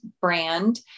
brand